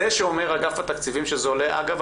שאומר אגף התקציבים שזה עולה אגב,